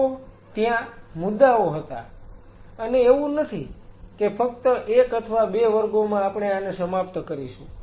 તો ત્યાં મુદ્દાઓ હતા અને એવું નથી કે ફક્ત 1 અથવા 2 વર્ગોમાં આપણે આને સમાપ્ત કરીશું